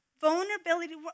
vulnerability